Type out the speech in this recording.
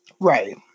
Right